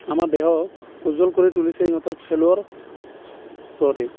আমাৰ দেশক উজ্জ্বল কৰি তুলিছে সিহঁতৰ খেলৰ